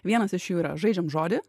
vienas iš jų yra žaidžiam žodį